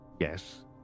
Yes